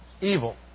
evil